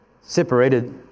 separated